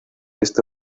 este